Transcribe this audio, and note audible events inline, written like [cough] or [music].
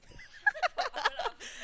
[laughs]